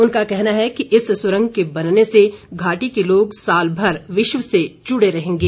उनका कहना है कि इस सुरंग के बनने से घाटी के लोग साल भर विश्व से जुड़े रहेंगे